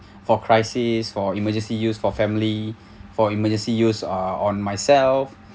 for crisis for emergency use for family for emergency use uh on myself